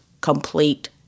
complete